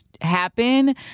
happen